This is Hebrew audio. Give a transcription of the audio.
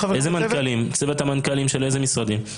צוות המנכ"לים של איזה משרדים?